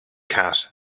cat